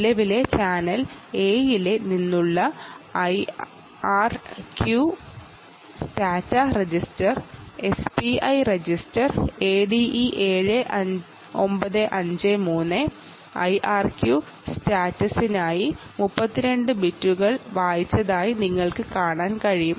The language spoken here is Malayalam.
നിലവിലെ ചാനൽ എയിൽ നിന്നുള്ള IRQ STATA register SPI register ADE7953 IRQ സ്റ്റാറ്റസിനായി 32 ബിറ്റുകൾ റീഡ് ചെയ്തതായി നിങ്ങൾക്ക് കാണാൻ കഴിയും